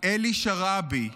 אלי שרעבי,